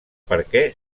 perquè